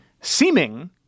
seeming